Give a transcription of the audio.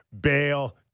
bail